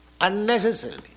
unnecessarily